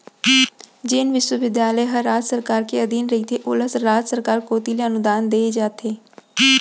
जेन बिस्वबिद्यालय ह राज सरकार के अधीन रहिथे ओला राज सरकार कोती ले अनुदान देय जाथे